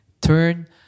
Turn